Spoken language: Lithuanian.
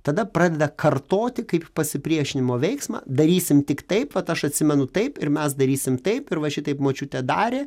tada pradeda kartoti kaip pasipriešinimo veiksmą darysim tik taip vat aš atsimenu taip ir mes darysim taip ir va šitaip močiutė darė